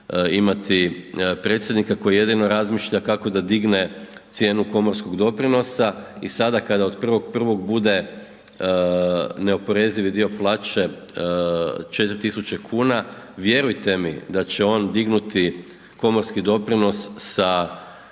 imati predsjednika koji jedino razmišlja kako da digne cijenu komorskog doprinosa. I sada kada od 1.1. bude neoporezivi dio plaće 4 tisuće kuna, vjerujte mi da će on dignuti komorski doprinos sa